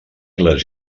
les